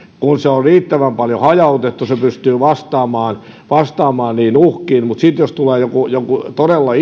kun se on riittävän paljon hajautettu se pystyy vastaamaan vastaamaan niihin uhkiin mutta sitten jos tulee joku joku todella